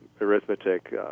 arithmetic